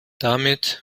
damit